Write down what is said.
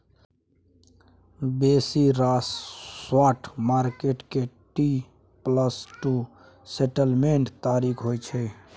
बेसी रास spot market के टी प्लस टू सेटलमेंट्स तारीख होइ छै